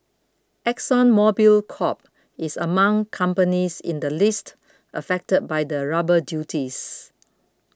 Exxon Mobil Corp is among companies in the list affected by the rubber duties